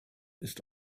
ist